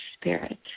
spirit